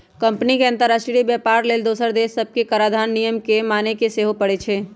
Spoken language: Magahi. कंपनी के अंतरराष्ट्रीय व्यापार लेल दोसर देश सभके कराधान नियम के माने के सेहो परै छै